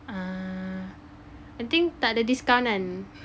ah I think tak ada discount kan